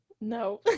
No